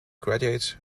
graduate